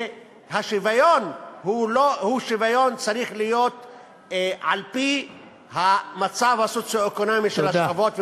והשוויון צריך להיות על-פי המצב הסוציו-האקונומי של השכבות,